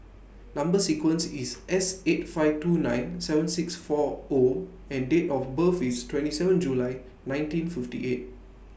Number sequence IS S eight five two nine seven six four O and Date of birth IS twenty seven July nineteen fifty eight